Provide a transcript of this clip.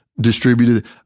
distributed